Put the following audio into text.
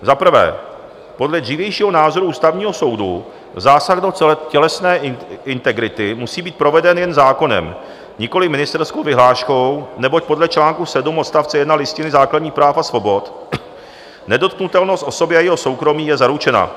Za prvé, podle dřívějšího názoru Ústavního soudu zásah do tělesné integrity musí být proveden jen zákonem, nikoliv ministerskou vyhláškou, neboť podle čl. 7 odst. 1 Listiny základních práv a svobod nedotknutelnost osoby a jejího soukromí je zaručena.